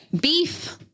Beef